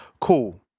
Cool